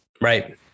Right